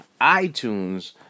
iTunes